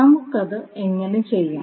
നമുക്ക് അത് എങ്ങനെ ചെയ്യാം